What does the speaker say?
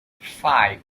five